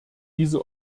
diese